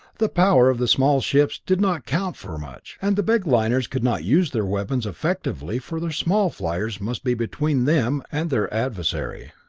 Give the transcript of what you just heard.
the power of the small ships did not count for much and the big liners could not use their weapons effectively for their small fliers must be between them and their adversary.